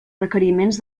requeriments